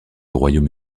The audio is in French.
royaume